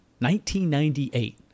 1998